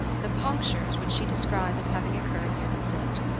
the punctures which she described as having occurred near the throat,